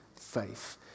faith